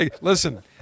Listen